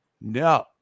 No